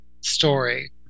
story